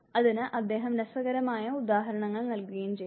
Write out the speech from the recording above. അതിന് അദ്ദേഹം രസകരമായ ഉദാഹരണങ്ങൾ നൽകുകയും ചെയ്തു